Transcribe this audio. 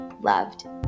loved